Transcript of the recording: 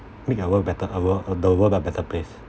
make our world better our world uh the world better place